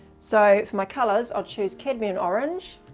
so for my colors i'll chose cadmium orange,